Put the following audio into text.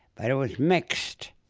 but it was mixed.